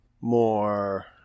more